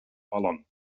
ballern